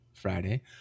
friday